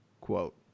quote